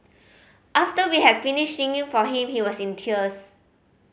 after we had finished singing for him he was in tears